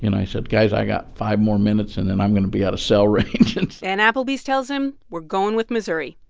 and i said, guys, i got five more minutes, and then and i'm going to be out of cell range and and applebee's tells him, we're going with missouri.